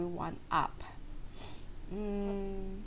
everyone up mm